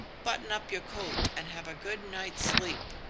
button up your coat and have a good night's sleep.